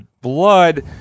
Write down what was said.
blood